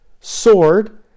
sword